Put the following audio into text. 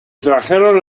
trajeron